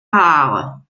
haare